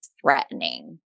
threatening